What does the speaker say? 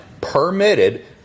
permitted